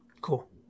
Cool